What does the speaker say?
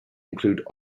include